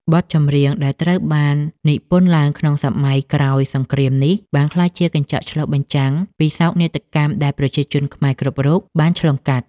បទចម្រៀងដែលត្រូវបាននិពន្ធឡើងក្នុងសម័យក្រោយសង្គ្រាមនេះ បានក្លាយជាកញ្ចក់ឆ្លុះបញ្ចាំងពីសោកនាដកម្មដែលប្រជាជនខ្មែរគ្រប់រូបបានឆ្លងកាត់។